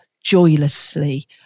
joylessly